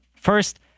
First